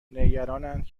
نگرانند